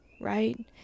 right